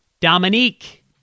Dominique